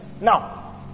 Now